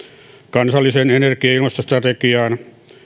kansalliseen energia ja ilmastostrategiaan